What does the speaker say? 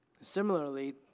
similarly